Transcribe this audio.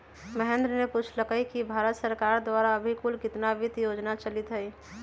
महेंद्र ने पूछल कई कि भारत सरकार द्वारा अभी कुल कितना वित्त योजना चलीत हई?